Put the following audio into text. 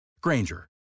Granger